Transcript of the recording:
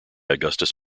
augustus